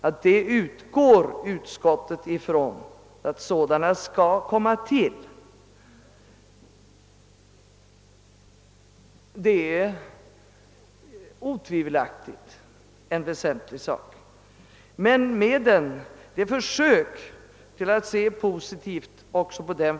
Utskottet utgår ifrån att sådana skall komma till stånd.